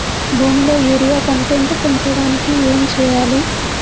భూమిలో urea content పెంచడానికి ఏం చేయాలి?